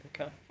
Okay